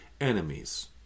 enemies